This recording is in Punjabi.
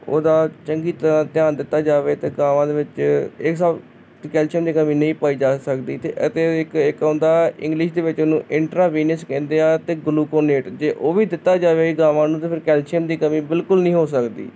ਉਹਦਾ ਚੰਗੀ ਤਰ੍ਹਾਂ ਧਿਆਨ ਦਿੱਤਾ ਜਾਵੇ ਅਤੇ ਗਾਵਾਂ ਦੇ ਵਿੱਚ ਇਹ ਹਿਸਾਬ 'ਚ ਕੈਲਸ਼ੀਅਮ ਦੀ ਕਮੀ ਨਹੀਂ ਪਾਈ ਜਾ ਸਕਦੀ ਅਤੇ ਅਤੇ ਇੱਕ ਇੱਕ ਆਉਂਦਾ ਇੰਗਲਿਸ਼ ਦੇ ਵਿੱਚ ਉਹਨੂੰ ਇੰਟਰਾਬੀਨਸ ਕਹਿੰਦੇ ਆ ਅਤੇ ਗੁਨੁਕੋਨੀਟ ਜੇ ਉਹ ਵੀ ਦਿੱਤਾ ਜਾਵੇ ਗਾਵਾਂ ਨੂੰ ਤਾਂ ਫਿਰ ਕੈਲਸ਼ੀਅਮ ਦੀ ਕਮੀ ਬਿਲਕੁਲ ਨਹੀਂ ਹੋ ਸਕਦੀ